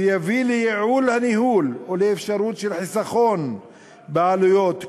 שיביא לייעול הניהול ולאפשרות של חיסכון בעלויות,